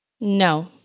No